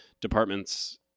departments